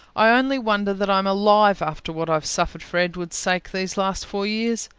i only wonder that i am alive after what i have suffered for edward's sake these last four years.